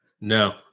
no